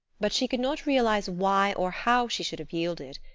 but she could not realize why or how she should have yielded,